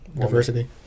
diversity